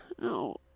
No